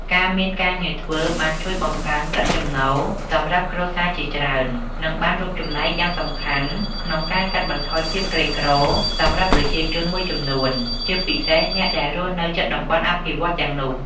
ការមានការងារធ្វើបានជួយបង្កើនប្រាក់ចំណូលសម្រាប់គ្រួសារជាច្រើន និងបានរួមចំណែកយ៉ាងសំខាន់ក្នុងការកាត់បន្ថយភាពក្រីក្រសម្រាប់ប្រជាជនមួយចំនួន ជាពិសេសអ្នកដែលរស់នៅជិតតំបន់អភិវឌ្ឍន៍ទាំងនោះ។